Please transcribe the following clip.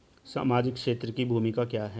सामाजिक क्षेत्र की भूमिका क्या है?